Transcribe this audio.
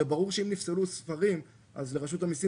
הרי ברור שאם נפסלו ספרים אז לרשות המיסים